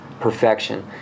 perfection